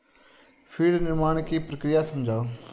feed निर्माण की प्रक्रिया समझाओ